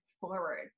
forward